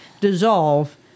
Dissolve